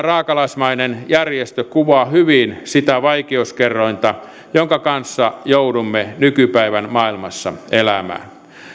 raakalaismainen järjestö kuvaa hyvin sitä vaikeuskerrointa jonka kanssa joudumme nykypäivän maailmassa elämään